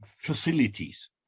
facilities